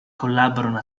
collaborano